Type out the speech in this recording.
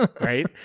right